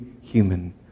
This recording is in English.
human